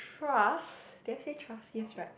trust can I say trust right